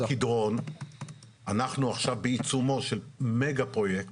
את נחל קדרון אנחנו עכשיו בעיצומו של מגה פרויקט